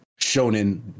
shonen